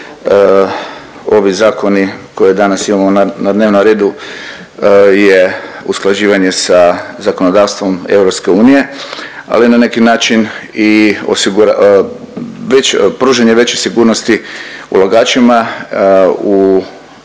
Ovi zakoni koje danas imamo na dnevnom redu je usklađivanje sa zakonodavstvom EU, ali na neki način i .../nerazumljivo/... već pružanje većih sigurnosti ulagačima u Europi